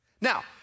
Now